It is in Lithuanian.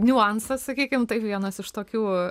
niuansas sakykim taip vienas iš tokių